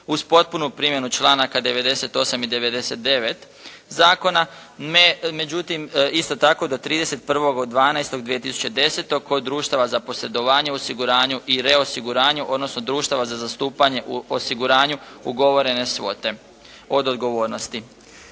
uz potpunu primjenu članaka 98. i 99. zakona. Međutim, isto tako do 31.12.2010. kod društava za posredovanje u osiguranju i reosiguranju, odnosno društava za zastupanje u osiguranju ugovorene svote od odgovornosti.